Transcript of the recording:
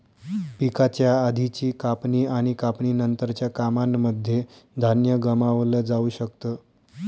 पिकाच्या आधीची कापणी आणि कापणी नंतरच्या कामांनमध्ये धान्य गमावलं जाऊ शकत